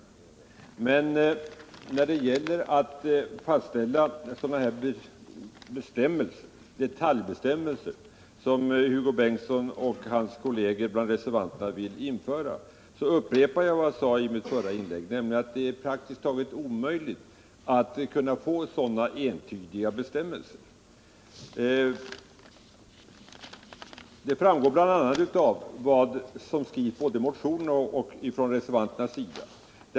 Men när det gäller att fastställa sådana detaljbestämmelser som Hugo Bengtsson och hans kolleger bakom reservationen vill införa upprepar jag vad jag sade i mitt förra inlägg, att det är praktiskt taget omöjligt att få entydiga bestämmelser. Det framgår bl.a. av vad som skrivs både i motionen och av reservanterna.